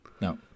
No